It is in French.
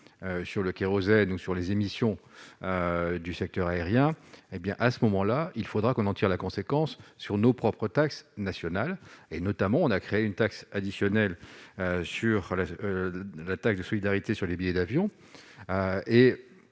sur le kérosène ou sur les émissions du secteur aérien, hé bien à ce moment-là, il faudra qu'on en tire la conséquence sur nos propres taxes nationales et notamment on a créé une taxe additionnelle sur la taxe de solidarité sur les billets d'avion et